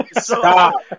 Stop